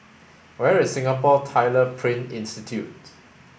where is Singapore Tyler Print Institute